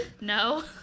No